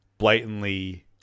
Blatantly